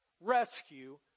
rescue